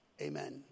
Amen